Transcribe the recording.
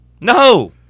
No